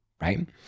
right